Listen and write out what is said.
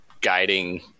guiding